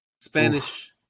Spanish